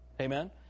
Amen